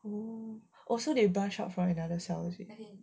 oh so they branch out from another cell is it